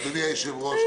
אדוני היושב-ראש,